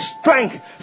strength